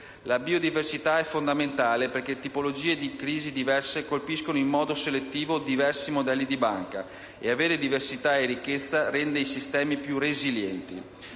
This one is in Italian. La biodiversità è fondamentale perché tipologie di crisi diverse colpiscono in modo selettivo diversi modelli di banca, e avere diversità e ricchezza rende i sistemi più resilienti.